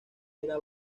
era